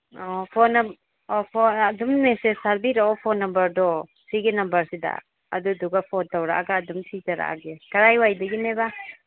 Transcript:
ꯑꯧ ꯐꯣꯟ ꯑꯗꯨꯝꯅꯦ ꯃꯦꯁꯦꯖ ꯊꯥꯕꯤꯔꯛꯑꯣ ꯐꯣꯟ ꯅꯝꯕꯔꯗꯣ ꯁꯤꯒꯤ ꯅꯝꯕꯔꯁꯤꯗ ꯑꯗꯨꯗꯨꯒ ꯐꯣꯟ ꯇꯧꯔꯛꯑꯒ ꯑꯗꯨꯝ ꯊꯤꯖꯔꯛꯑꯒꯦ ꯀꯗꯥꯏꯋꯥꯏꯗꯒꯤꯅꯦꯕ